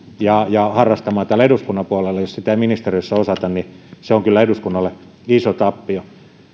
ja ja harrastamaan täällä eduskunnan puolella jos sitä ei ministeriössä osata niin se on kyllä eduskunnalle iso tappio